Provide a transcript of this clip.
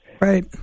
right